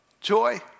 joy